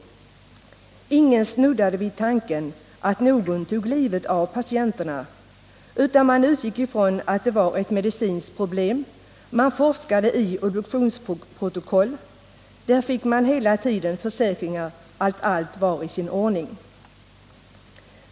Ingen snuddade vid tanken att någon tog livet av patienterna, utan man utgick ifrån att det var ett medicinskt problem. Man forskade i obduktionsprotokoll, och där fick man hela tiden bekräftelse på att allt var i sin ordning.